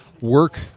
work